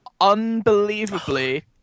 Unbelievably